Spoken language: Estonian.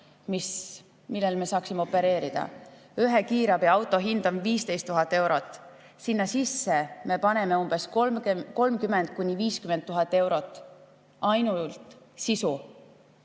millega me saaksime opereerida. Ühe kiirabiauto hind on 15 000 eurot. Sinna sisse me paneme 30 000 – 50 000 euro eest sisu.